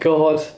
God